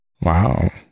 Wow